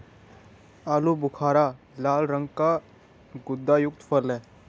आलू बुखारा लाल रंग का गुदायुक्त फल है